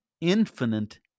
infinite